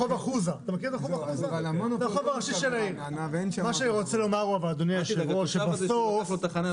מה שאני רוצה לומר אדוני היושב ראש שבסוף